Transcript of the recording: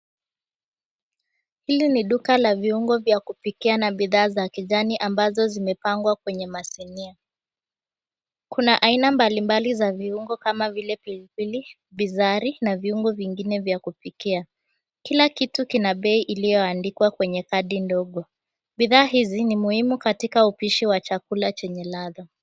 Hili ni duka la viungo vya kupikia na bidhaa za ni ambazo zimepangwa kwenye masinia. Kuna aina mbalimbali za viungo kama vile pilipili, bizari na viungo vingine vya kupikia. Kila kitu kina bei iliyoandikwa kwenye kadi ndogo. Bidhaa hizi ni muhimu katika upishi wa chakula chenye ladha.